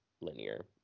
linear